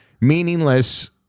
meaningless